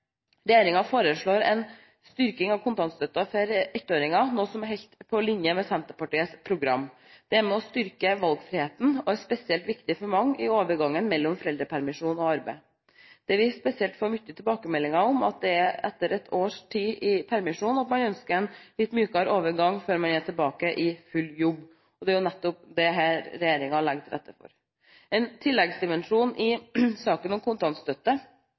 foreslår en styrking av kontantstøtten for ettåringer, noe som er helt på linje med Senterpartiets program. Det er med på å styrke valgfriheten og er spesielt viktig for mange i overgangen mellom foreldrepermisjon og arbeid. Det vi spesielt får mange tilbakemeldinger om, er at man etter et års tid i permisjon ønsker en litt mykere overgang før man er tilbake i full jobb, og det er jo nettopp dette regjeringen legger til rette for. En tilleggsdimensjon i saken om kontantstøtte